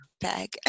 bag